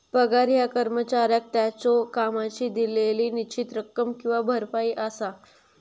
पगार ह्या कर्मचाऱ्याक त्याच्यो कामाची दिलेली निश्चित रक्कम किंवा भरपाई असा